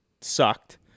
sucked